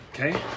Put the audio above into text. okay